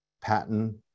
patent